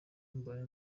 mbaye